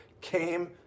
came